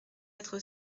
être